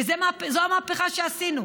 וזו המפכה שעשינו.